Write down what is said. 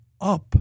up